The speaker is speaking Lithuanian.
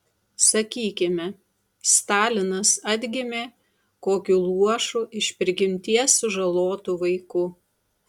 sakykime stalinas atgimė kokiu luošu iš prigimties sužalotu vaiku